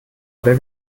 oder